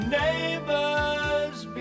neighbors